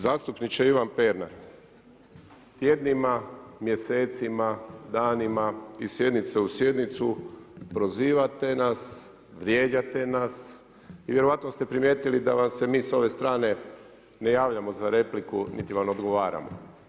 Zastupniče Ivan Pernar, tjednima, mjesecima, danima, iz sjednice u sjednicu prozivate nas, vrijeđate nas i vjerojatno ste primijetili da vam se mi s ove strane ne javljamo za repliku niti vam odgovaramo.